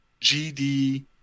GD